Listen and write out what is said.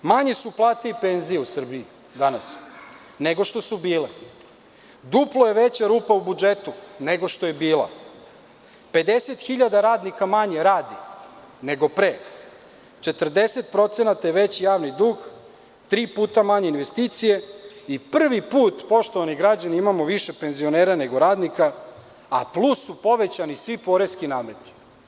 Manje su plate i penzije u Srbiji danas nego što su bile, duplo je veća rupa u budžetu nego što je bila, 50.000 radnika manje radi nego pre, 40% je veći javni dug, tri puta su manje investicije i prvi put imamo više penzionera nego radnika, a plus su povećani svi poreski nameti.